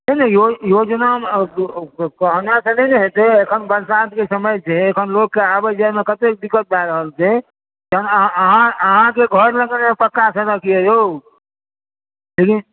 छै ने योजनामे कहनेसंँ नहि ने हेतै अखन बरसातके समय छै अखन लोककेँ आबै जायमे कते दिक़्क़त भए रहल छै अहाँ अहाँकेँ घर लगमे पक्का सड़क अछि यौ लेकिन